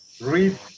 read